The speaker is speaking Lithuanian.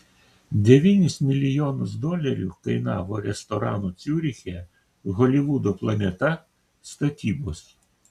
devynis milijonus dolerių kainavo restorano ciuriche holivudo planeta statybos